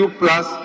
plus